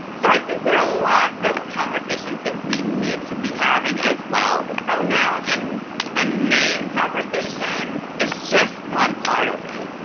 so i think there are lots of conversations that we need to be having as well. the pronoun and and name conversation is just one part of it,